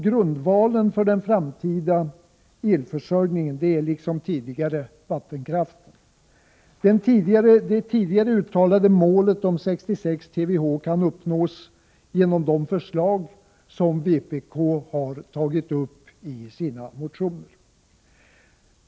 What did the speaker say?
Grundvalen för den framtida elförsörjningen är, liksom tidigare, vattenkraften. Det tidigare uttalade målet om 66 TWh kan uppnås genom de förslag som vpk har framfört i sina motioner.